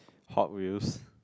Hot Wheels